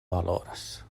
valoras